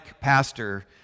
pastor